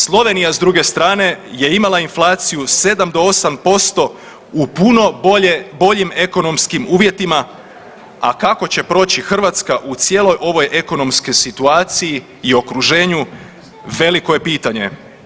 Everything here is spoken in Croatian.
Slovenija s druge strane je imala inflaciju 7 do 8% u puno bolje, boljim ekonomskim uvjetima, a kako će proći Hrvatska u cijeloj ovoj ekonomskoj situaciji i okruženju veliko je pitanje.